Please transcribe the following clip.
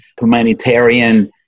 humanitarian